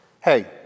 hey